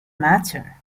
matter